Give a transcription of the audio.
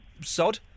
sod